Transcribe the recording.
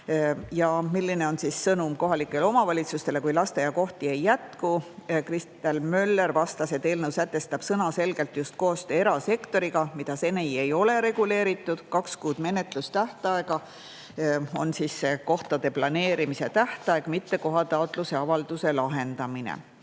Milline on sõnum kohalikele omavalitsustele, kui lasteaiakohti ei jätku? Kristel Möller vastas, et eelnõu sätestab sõnaselgelt just koostöö erasektoriga, mida seni ei ole reguleeritud. Kaks kuud menetlustähtaega on kohtade planeerimise tähtaeg, mitte kohataotluse avalduse lahendamise